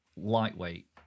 lightweight